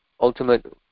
ultimate